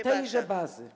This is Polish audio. tejże bazy.